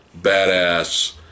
badass